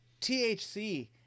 THC